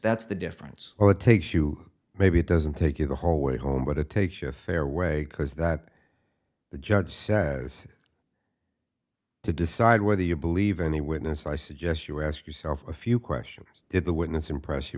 that's the difference or it takes you maybe it doesn't take you the whole way home but it takes shift fairway because that the judge says to decide whether you believe any witness i suggest you ask yourself a few questions did the witness impress you